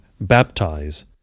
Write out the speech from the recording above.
baptize